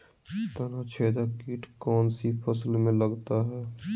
तनाछेदक किट कौन सी फसल में लगता है?